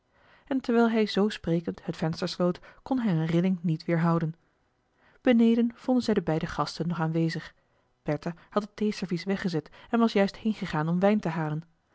en terwijl hij zoo sprekend het venster sloot kon hij een rilling niet weerhouden marcellus emants een drietal novellen beneden vonden zij de beide gasten nog aanwezig bertha had het theeservies weggezet en was juist heengegaan om wijn te halen